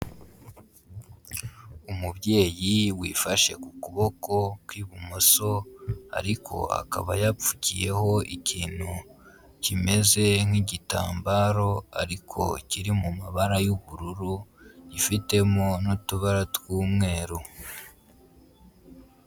Umubyeyi wifashe ku kuboko kw'ibumoso, ariko akaba yapfukiyeho ikintu kimeze nk'igitambaro, ariko kiri mu mabara y'ubururu, gifitemo n'utubara tw'umweru.